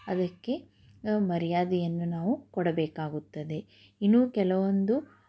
ಅದಕ್ಕೆ ಮರ್ಯಾದೆಯನ್ನು ನಾವು ಕೊಡಬೇಕಾಗುತ್ತದೆ ಇನ್ನು ಕೆಲವೊಂದು